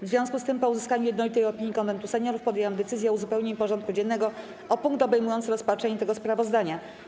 W związku z tym, po uzyskaniu jednolitej opinii Konwentu Seniorów, podjęłam decyzję o uzupełnieniu porządku dziennego o punkty obejmujące rozpatrzenie tego sprawozdania.